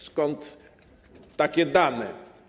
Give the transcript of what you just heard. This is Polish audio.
Skąd takie dane?